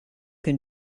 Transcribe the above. can